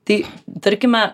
tai tarkime